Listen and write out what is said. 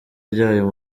ryayo